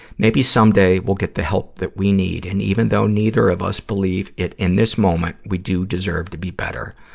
maybe someday, we'll get the help that we need, and even though neither of us believe it in this moment, we deserve to be better.